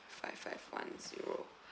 five five one zero